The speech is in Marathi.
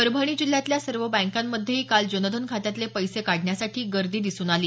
परभणी जिल्ह्यातल्या सर्व बँकांमध्येही काल जनधन खात्यातले पैसे काढण्यासाठी गर्दी दिसून आली